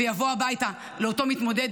ויבוא הביתה אל אותו מתמודד,